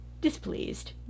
displeased